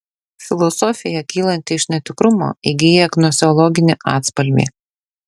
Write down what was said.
filosofija kylanti iš netikrumo įgyja gnoseologinį atspalvį